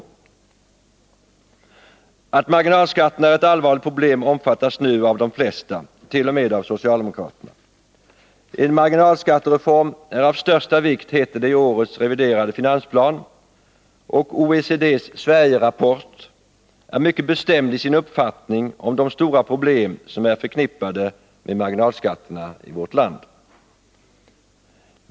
Uppfattningen att marginalskatterna är ett allvarligt problem omfattas nu av de flesta, t.o.m. av socialdemokraterna. En marginalskattereform är av största vikt, heter det i årets reviderade finansplan, och OECD:s Sverigerapport är mycket bestämd i sin uppfattning om de stora problem som är förknippade med marginalskatterna i vårt land.